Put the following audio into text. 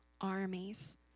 armies